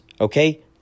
Okay